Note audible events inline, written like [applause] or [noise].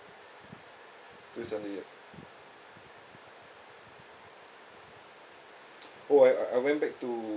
just only ah [noise] oh I I went back to